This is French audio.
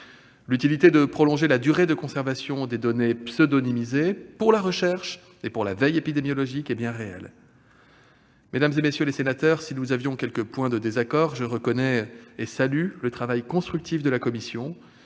L'utilité de prolonger la durée de conservation des données pseudonymisées pour la recherche et la veille épidémiologiques est bien réelle. Mesdames, messieurs les sénateurs, si nous avions quelques points de désaccord, je reconnais et salue le travail constructif de la commission